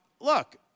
look